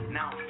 now